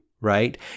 right